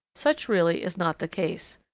such really is not the case,